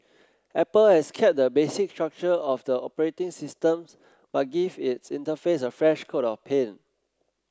apple has kept the basic structure of the operating systems but give its interface a fresh coat of paint